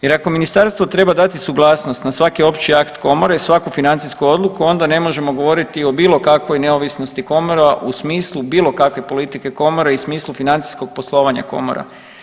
Jer, ako Ministarstvo treba dati suglasnost na svaki opći akt komore i svaku financijsku odluku, onda ne možemo govoriti o bilo kakvoj neovisnosti komore u smislu bilo kakve politike komore i smislu financijskog poslovanja komora.